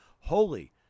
holy